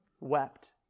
wept